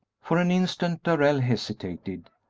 for an instant darrell hesitated,